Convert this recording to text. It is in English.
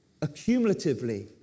accumulatively